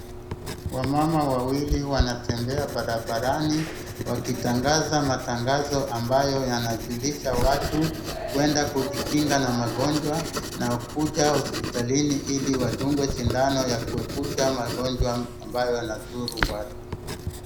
Wamama wawili wanatembea barabarani wakitangaza matangazo ambayo yanajulisha watu kueda kujikinga na magonjwa na kuja hospitalini hili wadungwe sindano ya kuepusha magonjwa ambayo yanadhuru watu.